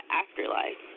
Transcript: afterlife